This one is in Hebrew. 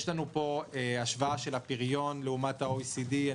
יש לנו פה השוואה של הפריון בישראל לעומת מדינות ה-OECD.